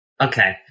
Okay